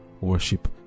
worship